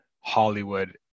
Hollywood